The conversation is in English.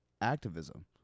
activism